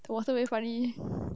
the water very funny